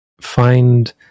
find